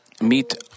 meet